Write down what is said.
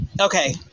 okay